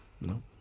No